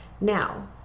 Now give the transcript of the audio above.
Now